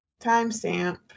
Timestamp